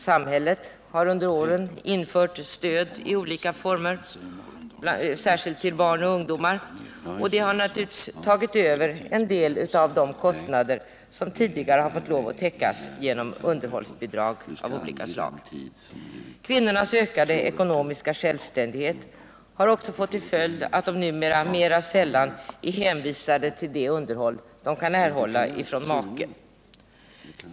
Samhället har genom stöd i olika former till barn och ungdomar tagit över en del av de kostnader som förut måste täckas genom underhållsbidrag. Kvinnornas ökade ekonomiska självständighet har också fått till följd att de nu för tiden mera sällan är hänvisade till det underhåll som de kan erhålla från make.